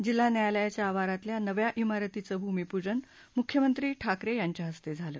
जिल्हा न्यायालयाच्या आवारातल्या नव्या इमारतीचं भूमिपूजन मुख्यमंत्री ठाकरे यांच्या हस्ते झाले